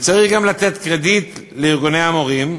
וצריך גם לתת קרדיט לארגוני המורים,